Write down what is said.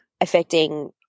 affecting